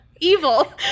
Evil